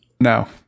No